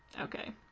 Okay